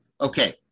Okay